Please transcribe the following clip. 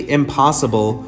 impossible